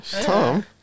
Tom